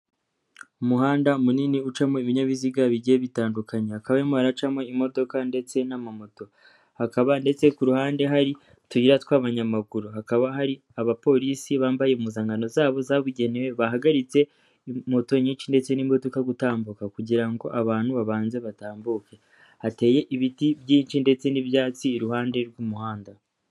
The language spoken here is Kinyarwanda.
Umuhanda munini ucamo ibinyabiziga bigiye bitandukanye, hakaba harimo haracamo imodoka ndetse n'ama moto, hakaba ndetse ku ruhande hari utuyira tw'abanyamaguru, hakaba hari abapolisi bambaye impuzankano zabo zabugenewe bahagaritse moto nyinshi ndetse n'imodoka gutambuka kugira ngo abantu babanze batambuke, hateye ibiti byinshi ndetse n'ibyatsi iruhande rw'umuhanda.